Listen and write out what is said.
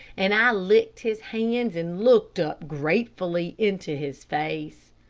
and i licked his hands and looked up gratefully into his face.